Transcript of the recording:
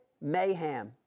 mayhem